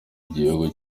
igihugu